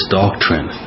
doctrine